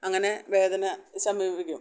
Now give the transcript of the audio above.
അങ്ങനെ വേദന ശമിപ്പിക്കും